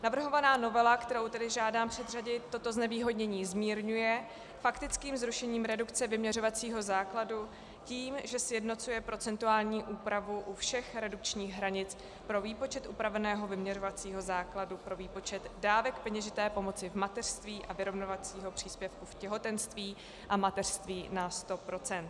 Navrhovaná novela, kterou žádám předřadit, toto znevýhodnění zmírňuje faktickým zrušením redukce vyměřovacího základu tím, že sjednocuje procentuální úpravu u všech redukčních hranic pro výpočet upraveného vyměřovacího základu pro výpočet dávek peněžité pomoci v mateřství a vyrovnávacího příspěvku v těhotenství a mateřství na 100 procent.